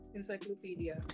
Encyclopedia